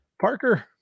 Parker